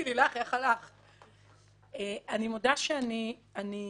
אני חושבת שניתנו גם ניתנו,